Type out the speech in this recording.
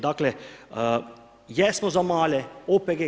Dakle, jesmo za male OPG.